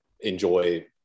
enjoy